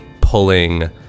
pulling